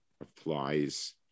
applies